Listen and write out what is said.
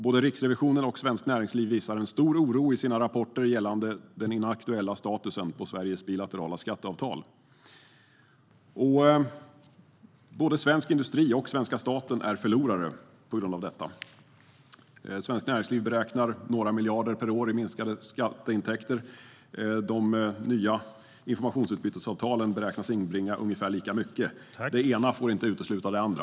Både Riksrevisionen och Svenskt Näringsliv visar en stor oro i sina rapporter gällande den inaktuella statusen på Sveriges bilaterala skatteavtal. Både svensk industri och svenska staten är förlorare på grund av detta. Svenskt Näringsliv beräknar några miljarder per år i minskade skatteintäkter. De nya informationsutbytesavtalen beräknas inbringa ungefär lika mycket. Det ena får inte utesluta det andra.